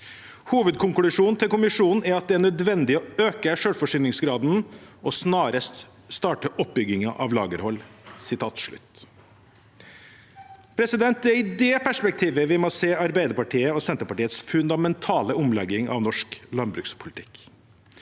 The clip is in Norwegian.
Hovedkonklusjonen til kommisjonen er at det er nødvendig å øke selvforsyningsgraden og snarest starte oppbygging av lagerhold.» Det er i det perspektivet vi må se Arbeiderpartiets og Senterpartiets fundamentale omlegging av norsk landbrukspolitikk.